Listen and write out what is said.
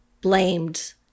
blamed